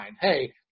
Hey